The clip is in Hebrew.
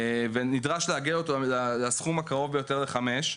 ונדרש לעגל אותו לסכום הקרוב ביותר לחמש,